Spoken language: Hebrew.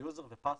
יוזר וסיסמה,